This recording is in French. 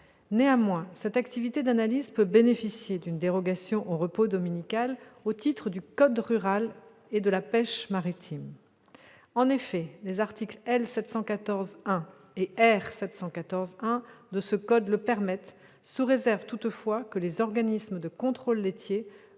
Néanmoins, cette activité d'analyse peut bénéficier d'une dérogation au repos dominical au titre du code rural et de la pêche maritime. En effet, les articles L. 714-1 et R. 714-1 de ce code le permettent, sous réserve toutefois que les organismes de contrôle laitier